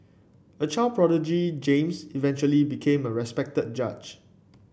a child prodigy James eventually became a respected judge